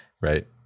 Right